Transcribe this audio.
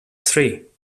three